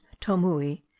Tomui